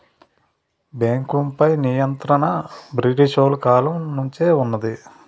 బేంకుపై నియంత్రణ బ్రిటీసోలు కాలం నుంచే వున్నది